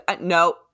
no